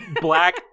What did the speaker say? black